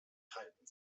halten